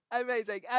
Amazing